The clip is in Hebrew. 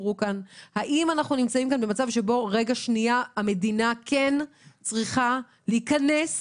האם אנחנו נמצאים במצב בו המדינה כן צריכה להיכנס